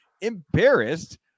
embarrassed